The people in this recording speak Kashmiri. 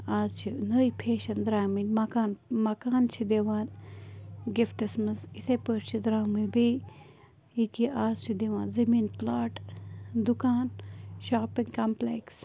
آز چھِ نٔے فیشن دَرامٕتۍ مکان مَکانہٕ چھِ دِوان گِفٹس منٛز یِتھَے پٲٹھۍ چھِ درامٕتۍ بیٚیہِ یِکہِ آز چھِ دِوان زمیٖن پُٕلاٹ دُکان شاپِنگ کمپٕلیٚکٕس